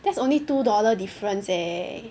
that's only two dollar difference eh